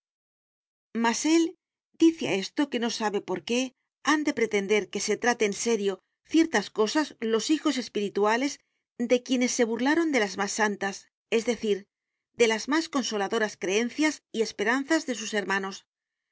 mas él dice a esto que no sabe por qué han de pretender que se trate en serio ciertas cosas los hijos espirituales de quienes se burlaron de las más santas es decir de las más consoladoras creencias y esperanzas de sus hermanos